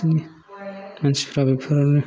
खाथिनि मानसिफ्रा बेफोरावनो